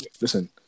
listen